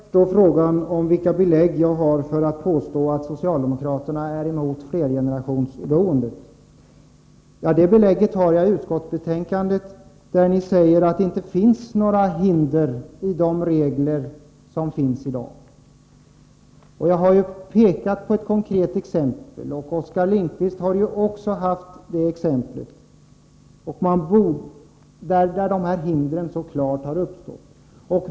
Fru talman! Först vill jag svara på frågan vilka belägg jag har för att påstå att socialdemokraterna är emot flergenerationsboende. Det belägget har jag i utskottsbetänkandet, där ni säger att det inte finns några hinder i de regler som gäller i dag. Jag har ju pekat på ett konkret exempel — och Oskar Lindkvist har också anfört det exemplet — som klart visar att dessa hinder har uppstått.